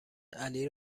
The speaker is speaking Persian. علی